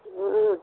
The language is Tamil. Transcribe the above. ம் ம்